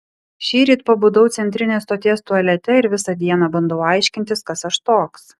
šįryt pabudau centrinės stoties tualete ir visą dieną bandau aiškintis kas aš toks